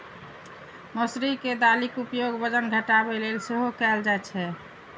मौसरी के दालिक उपयोग वजन घटाबै लेल सेहो कैल जाइ छै